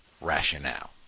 rationale